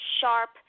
sharp